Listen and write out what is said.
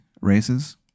races